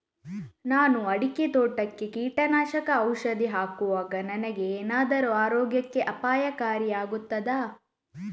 ನಾನು ಅಡಿಕೆ ತೋಟಕ್ಕೆ ಕೀಟನಾಶಕ ಔಷಧಿ ಹಾಕುವಾಗ ನನಗೆ ಏನಾದರೂ ಆರೋಗ್ಯಕ್ಕೆ ಅಪಾಯಕಾರಿ ಆಗುತ್ತದಾ?